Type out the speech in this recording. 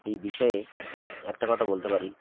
এই বিষয়ে একটা কথা বলতে পারি